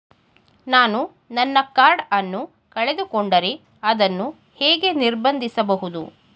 ನಾನು ನನ್ನ ಕಾರ್ಡ್ ಅನ್ನು ಕಳೆದುಕೊಂಡರೆ ಅದನ್ನು ಹೇಗೆ ನಿರ್ಬಂಧಿಸಬಹುದು?